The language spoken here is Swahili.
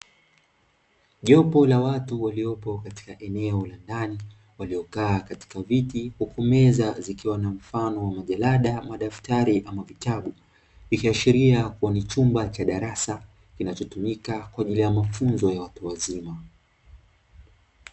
Jopo la watu waliopo katika eneo la ndani waliokaa katika viti huku meza zikiwa na mfano wa majalada, madaftari ama vitabu, ikiashiria kuwa ni chumba cha darasa kinachotumika kwa ajili ya mafunzo ya watu wazima.